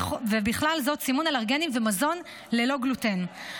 ובכלל זה סימון אלרגנים ומזון ללא גלוטן,